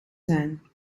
zijn